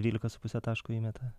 dvylika su puse taško įmeta